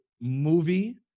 movie